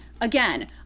Again